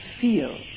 feel